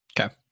Okay